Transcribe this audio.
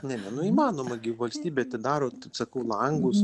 ne ne nu įmanoma gi valstybė atidaro sakau langus